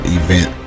event